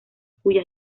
cuyas